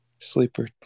Sleeper